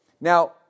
Now